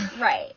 right